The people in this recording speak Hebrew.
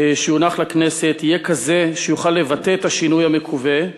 שיונח בכנסת יהיה כזה שיוכל לבטא את השינוי המקווה,